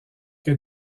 que